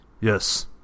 Yes